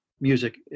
music